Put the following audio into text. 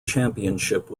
championship